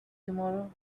tomorrow